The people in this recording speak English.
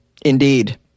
indeed